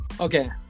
Okay